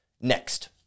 Next